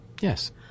Yes